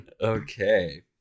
Okay